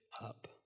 up